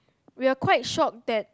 we are quite shocked that